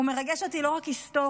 הוא מרגש אותי לא רק היסטורית.